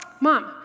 Mom